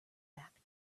act